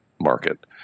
market